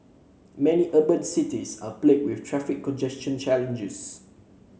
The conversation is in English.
many urban cities are plagued with traffic congestion challenges